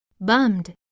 bummed